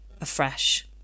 afresh